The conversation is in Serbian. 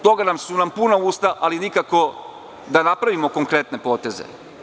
Toga su nam puna usta, ali nikako da napravim konkretne poteze.